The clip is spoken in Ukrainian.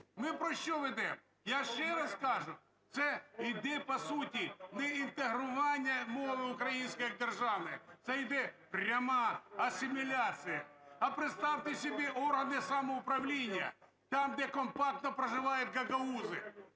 Ми про що ведемо? Я ще раз кажу: це йде по суті не інтегрування мови української як державної, це йде пряма асиміляція. А представте собі органи самоуправління, там де компактно проживають гагаузи,